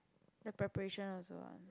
the preparation also ah